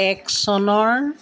এক চনৰ